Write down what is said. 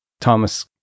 Thomas